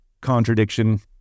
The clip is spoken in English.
contradiction